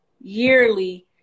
yearly